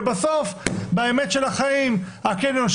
ובסוף באמת של החיים הקניון,